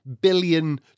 billion